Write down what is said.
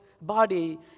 body